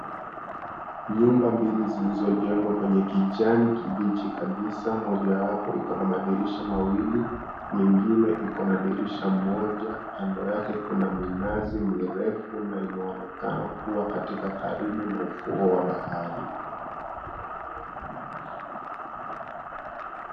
Nyumba mbili zilizojengwa kwenye kijani kibichi kabisa moja wapi iko na madirisha mawili nyingine iko na dirisha moja kando yake kuna minazi mirefu na inaonekana kuwa karibu na ufuo wa bahari.